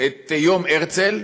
את יום הרצל,